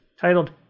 titled